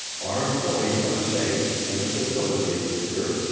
our employees are safe and the facility is secured,